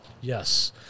Yes